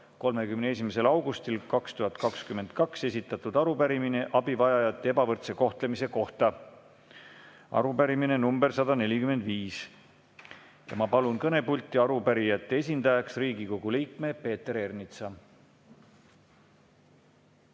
31. augustil 2022 esitatud arupärimine abivajajate ebavõrdse kohtlemise kohta. Arupärimine nr 145. Ma palun kõnepulti arupärijate esindajaks Riigikogu liikme Peeter Ernitsa.